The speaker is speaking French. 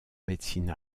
médecine